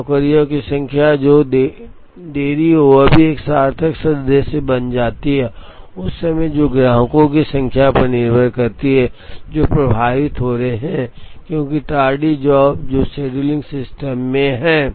तो नौकरियों की संख्या जो टेरी है वह भी एक सार्थक उद्देश्य बन जाती है और उस समय जो ग्राहकों की संख्या पर निर्भर करती है जो प्रभावित हो रहे हैं क्योंकि टार्डी जॉब जो शेड्यूलिंग सिस्टम में हैं